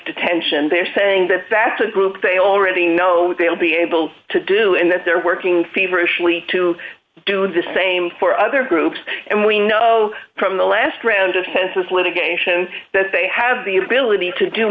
detention they're saying that that's a group they already know they'll be able to do in that they're working feverishly to do the same for other groups and we know from the last round of census litigation that they have the ability to do